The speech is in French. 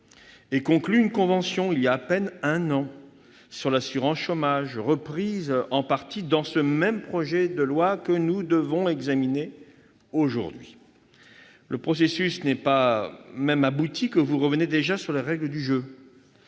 et conclu une convention, il y a tout juste un an, sur l'assurance chômage. Et cette convention est reprise en partie dans le projet de loi que nous devons examiner aujourd'hui. Le processus n'est pas même abouti que vous revenez déjà sur les règles du jeu.